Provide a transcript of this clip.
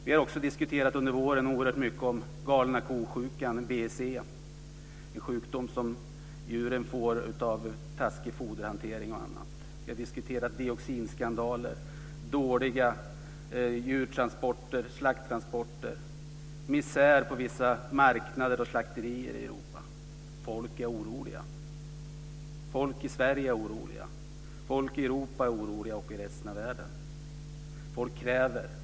Vi har också under våren pratat mycket om galna ko-sjukan, BSE, en sjukdom som djuren får av taskig foderhantering och annat. Vi har diskuterat dioxinskandaler, dåliga djurtransporter, slakttransporter, misär på vissa marknader och slakterier i Europa osv. Folk är oroliga. Folk i Sverige är oroliga. Folk i Europa och resten av världen är oroliga.